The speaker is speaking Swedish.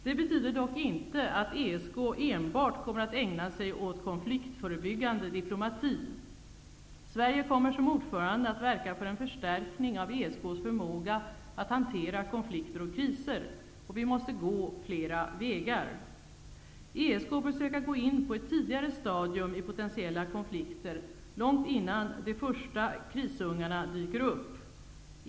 Det betyder dock inte att ESK enbart kommer att ägna sig åt konfliktförebyggande diplomati. Sverige kommer som ordförande att verka för en förstärkning av ESK:s förmåga att hantera konflikter och kriser, och vi måste gå flera vägar: ESK bör söka gå in på ett tidigare stadium i potentiella konflikter, långt innan de första krisungarna dyker upp.